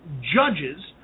judges